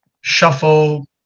shuffle